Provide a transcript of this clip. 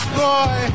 boy